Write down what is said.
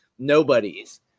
nobody's